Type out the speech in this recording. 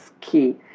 key